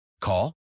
Call